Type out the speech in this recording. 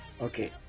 okay